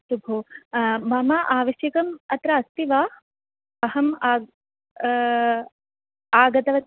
अस्तु भोः मम आवश्यकम् अत्र अस्ति वा अहम् आग् आगतवती